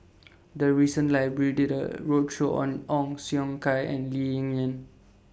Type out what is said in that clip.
The recent Library did A roadshow on Ong Siong Kai and Lee Ling Yen